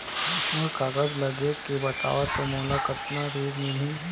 मोर कागज ला देखके बताव तो मोला कतना ऋण मिलही?